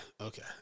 okay